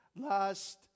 Last